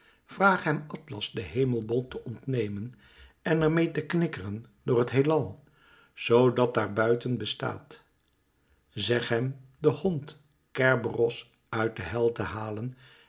hem atlas den hemelbol te ontnemen en er meê te knikkeren door het heelal zoo dat daar buiten bestaat zeg hem den hond kerberos uit de hel te halen